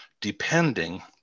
depending